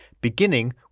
beginning